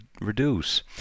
reduce